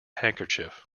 handkerchief